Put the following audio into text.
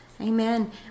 amen